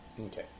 Okay